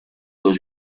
was